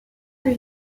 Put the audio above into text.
lui